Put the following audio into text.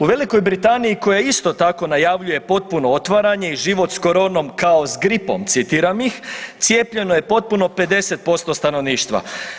U Velikoj Britaniji koja isto tako najavljuje potpuno otvaranje i život s koronom kao s gripom, citiram ih, cijepljeno je potpuno 50% stanovništva.